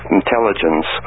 intelligence